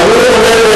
הערעור.